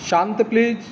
शांत प्लीज